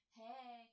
hey